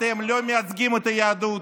אתם נלחמים ביהדות.